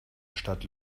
stadt